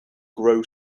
grow